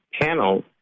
panel